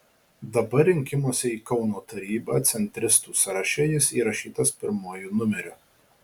dabar rinkimuose į kauno tarybą centristų sąraše jis įrašytas pirmuoju numeriu